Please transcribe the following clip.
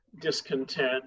discontent